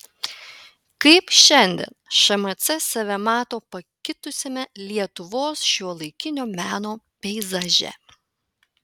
kaip šiandien šmc save mato pakitusiame lietuvos šiuolaikinio meno peizaže